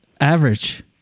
Average